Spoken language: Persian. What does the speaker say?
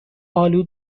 آلو